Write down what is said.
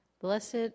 Blessed